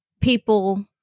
people